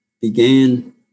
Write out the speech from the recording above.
began